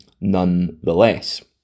nonetheless